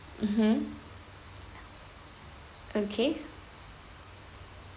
mmhmm okay